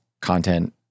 content